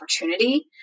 opportunity